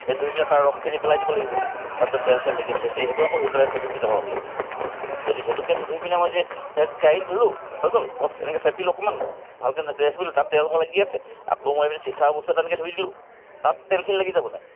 সেইটো ধুই পিনে তাৰ ৰসখিনি পেলাই দিব লাগিব তাত যে তেল চেল লাগি আছিলে সেইখিনি সেইটো আকৌ ধুই পেলাই চেপি পেলাব লাগিব যদি সেইটোকে নুধুই পিনে মই যদি কেৰা কেৰাহিটো ধুলোঁ হৈ গ'ল বচ এনেকৈ চেপিলোঁ অকণমান ভালকৈ নেচেপিলোঁ তাত তেলসোপা লাগি আছে আকৌ মই সেইপিনে চিচাৰ বস্তু এটা এনেকৈ ধুই দিলোঁ তাত তেলখিনি লাগি যাব নে নাই